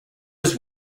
was